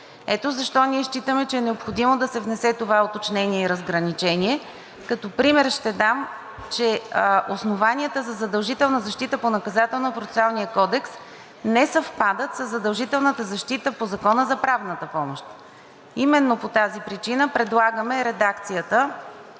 Ето защо ние считаме, че е необходимо да се внесе това уточнение и разграничение. Като пример ще дам, че основанията за задължителна защита по Наказателно-процесуалния кодекс не съвпадат със задължителната защита по Закона за правната помощ. Именно по тази причина предлагаме редакцията